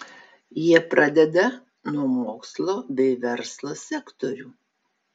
jie pradeda nuo mokslo bei verslo sektorių